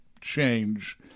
change